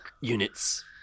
units